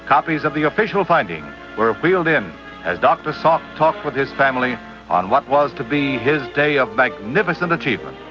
copies of the official finding were wheeled in as dr salk talked with his family on what was to be his day of magnificent achievement.